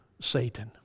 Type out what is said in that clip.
Satan